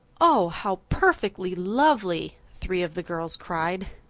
oh, how perfectly lovely! three of the girls cried.